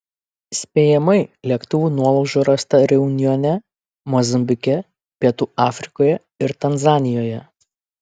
spėjamai lėktuvų nuolaužų rasta reunjone mozambike pietų afrikoje ir tanzanijoje